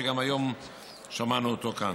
שגם היום שמענו אותו כאן.